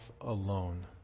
alone